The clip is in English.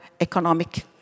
economic